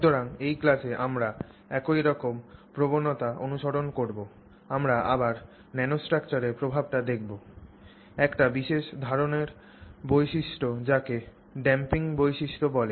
সুতরাং এই ক্লাসে আমরা একই রকম প্রবণতা অনুসরণ করব আমরা আবার ন্যানোস্ট্রাকচারের প্রভাবটি দেখব একটি বিশেষ ধরণের বৈশিষ্ট্য যাকে ড্যাম্পিং বৈশিষ্ট্য বলে